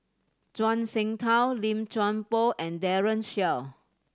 Zhuang Shengtao Lim Chuan Poh and Daren Shiau